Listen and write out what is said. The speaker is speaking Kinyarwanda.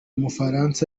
mufaransa